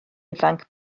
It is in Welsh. ifanc